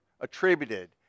attributed